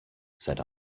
said